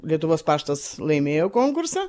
lietuvos paštas laimėjo konkursą